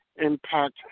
Impact